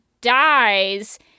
dies